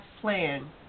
plan